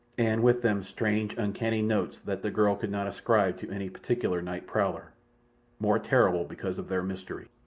and with them strange, uncanny notes that the girl could not ascribe to any particular night prowler more terrible because of their mystery.